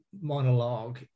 monologue